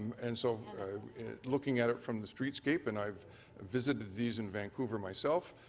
and so looking at it from the streets escape and i've visited these in vancouver myself